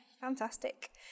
fantastic